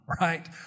Right